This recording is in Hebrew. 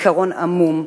וזיכרון עמום.